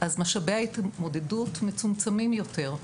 אז משאבי ההתמודדות מצומצמים יותר,